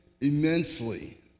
immensely